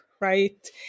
right